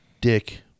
dick